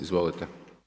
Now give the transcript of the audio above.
Izvolite.